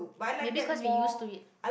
maybe cause we used to it